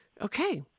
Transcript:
Okay